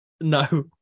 No